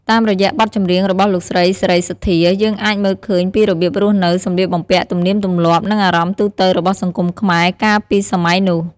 តាមរយៈបទចម្រៀងរបស់លោកស្រី សេរីសុទ្ធា យើងអាចមើលឃើញពីរបៀបរស់នៅ សម្លៀកបំពាក់ ទំនៀមទម្លាប់ និងអារម្មណ៍ទូទៅរបស់សង្គមខ្មែរកាលពីសម័យនោះ។